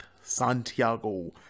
Santiago